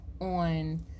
on